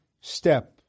step